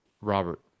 Robert